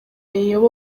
rayons